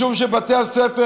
משום שבתי הספר,